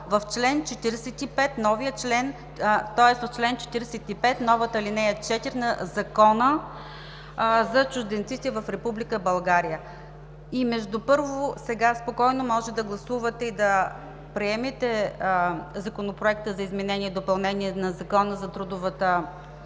в чл. 45, новата ал. 4 на Закона за чужденците в Република България, сега спокойно можете да гласувате и да приемете Законопроекта за изменение и допълнение на Закона за трудовата